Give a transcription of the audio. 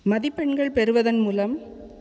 மதிப்பெண்கள் பெறுவதன் மூலம்